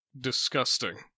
Disgusting